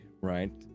right